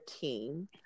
team